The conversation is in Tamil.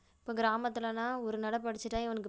இப்போ கிராமத்திலனா ஒரு நடை படிச்சிட்டால் இவனுக்கு